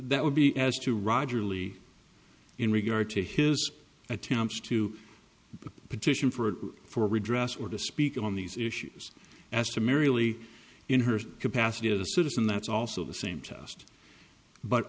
that would be asked to roger lee in regard to his attempts to petition for for redress or to speak on these issues as summarily in her capacity of the citizen that's also the same test but